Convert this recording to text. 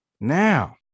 Now